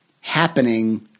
happening